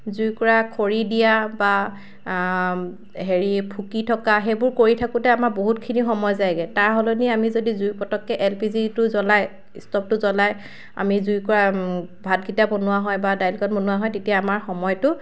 জুইকুৰা খৰি দিয়া বা হেৰি ফুকি থকা সেইবোৰ কৰি থাকোঁতে আমাৰ বহুতখিনি সময় যায়গৈ তাৰ সনলি আমি যদি পটককৈ এল পি জি টো জ্বলাই ষ্টভটো জ্বলাই আমি জুইকুৰা ভাতকেইটা বনোৱা হয় বা দাইলকণ বনোৱা হয় তেতিয়া আমাৰ সময়টো